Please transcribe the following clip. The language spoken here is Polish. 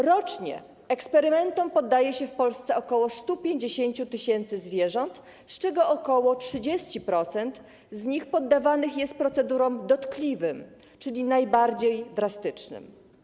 Rocznie eksperymentom poddaje się w Polsce ok. 150 tys. zwierząt, z czego ok. 30% poddawanych jest procedurom dotkliwym, czyli najbardziej drastycznym.